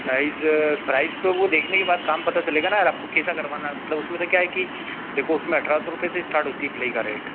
price price तो वह देखने के बाद काम पता चलेगा ना यार आपको कैसा करवाना है मतलब उसमें तो क्या है कि देखो उसमें अठारह सौ रुपये से इस्टार्ट होती है प्लेइ का रेट